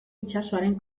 itsasoaren